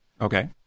Okay